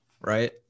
right